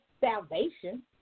salvation